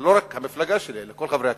לא רק המפלגה שלי, אלא כל חברי הכנסת,